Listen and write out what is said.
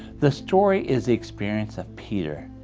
the story is the experience of peter.